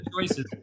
choices